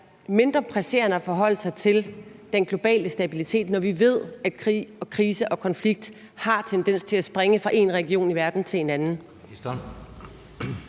mindre presserende at forholde sig til den globale stabilitet, når vi ved, at krig, krise og konflikt har tendens til at springe fra en region i verden til en anden?